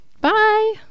Bye